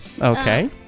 Okay